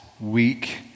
week